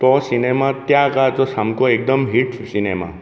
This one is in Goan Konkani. तो सिनेमा त्या काळाचो सामको एकदम हिट सिनेमा